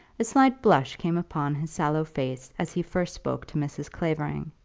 a slight blush came upon his sallow face as he first spoke to mrs. clavering,